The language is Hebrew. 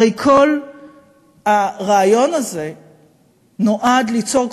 הרי כל הרעיון הזה נועד ליצור,